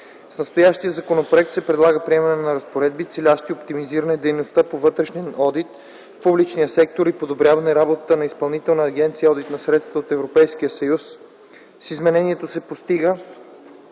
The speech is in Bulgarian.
С настоящия законопроект се предлага приемане на разпоредби, целящи оптимизиране дейността по вътрешен одит в публичния сектор и подобряване работата на Изпълнителна агенция „Одит на средствата от Европейския съюз”. С изменението се постига